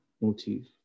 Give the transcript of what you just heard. motif